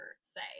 say